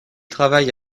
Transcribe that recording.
travaille